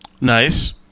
nice